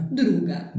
druga